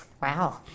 Wow